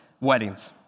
weddings